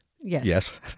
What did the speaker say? Yes